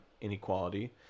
inequality